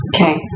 okay